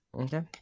Okay